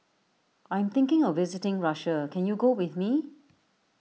I am thinking of visiting Russia can you go with me